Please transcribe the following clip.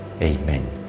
Amen